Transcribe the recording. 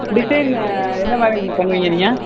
design எந்த மாதிரிங்க பண்ணுவீங்க நீங்கள்